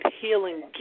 healing